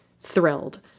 thrilled